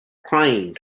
crying